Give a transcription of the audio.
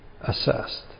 assessed